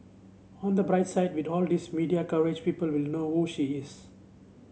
on the bright side with all these media coverage people will know who she is